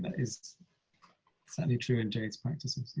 is certainly true in jade's practices,